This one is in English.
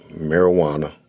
marijuana